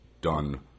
done